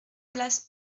place